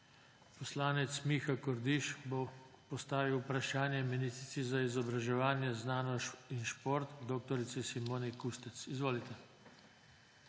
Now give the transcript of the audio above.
Poslanec Miha Kordiš bo postavil vprašanje ministrici za izobraževanje, znanost in šport dr. Simoni Kustec. Izvolite.